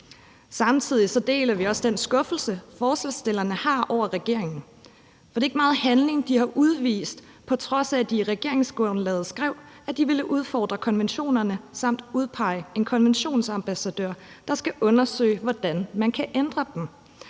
Samtidig deler vi også den skuffelse, som forslagsstillerne har over regeringen, for det er igen meget handlekraft, de har udvist, på trods af at de i regeringsgrundlaget skrev, at de ville udfordre konventionerne samt udpege en konventionsambassadør, der skal undersøge, hvordan man kan ændre dem.